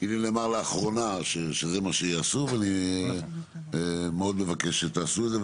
כי לי נאמר לאחרונה שזה מה שיעשו ואני מאוד מבקש שתעשו את זה,